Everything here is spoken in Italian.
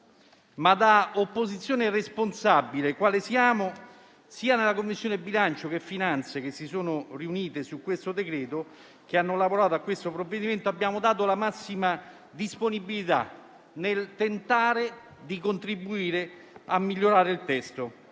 ma, da opposizione responsabile quale siamo, sia nella Commissione bilancio che in quella finanze, che hanno lavorato a questo provvedimento, abbiamo dato la massima disponibilità nel tentare di contribuire a migliorare il testo.